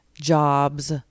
jobs